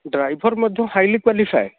driver ମଧ୍ୟ highly qualify